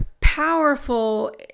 powerful